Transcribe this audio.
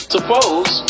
Suppose